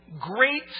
Great